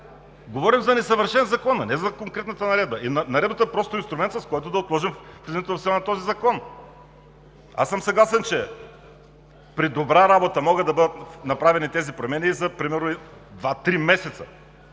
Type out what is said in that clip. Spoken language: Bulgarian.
Говорим за несъвършен закон, а не за конкретната наредба. Наредбата просто е инструмент, с който да отложим влизането в сила на Закона. Аз съм съгласен, че при добра работа могат да бъдат направени тези промени за примерно два-три месеца.